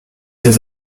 ces